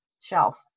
shelf